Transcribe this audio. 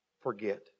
forget